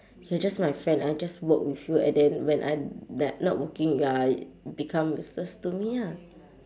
you're just my friend I just work with you and then when I'm like not working you're become useless to me ah